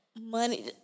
Money